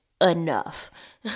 Enough